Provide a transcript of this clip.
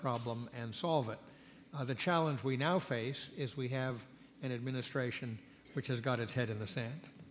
problem and solve it the challenge we now face is we have an administration which has got its head in the sand